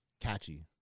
Catchy